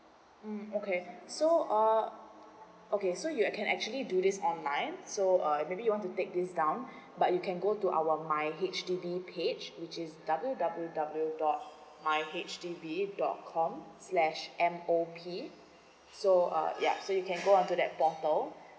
mm okay so uh okay so you can actually do this online so uh maybe you want to take this down but you can go to our my H_D_B page which is W W W dot my H D B dot com slash M O P so uh ya so you can go on to that portal